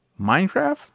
Minecraft